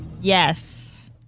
Yes